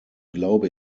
glaube